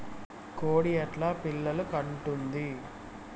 కోడి ఎట్లా పిల్లలు కంటుంది?